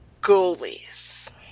goalies